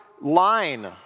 line